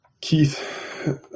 Keith